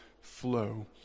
flow